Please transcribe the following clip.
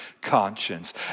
conscience